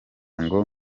ngo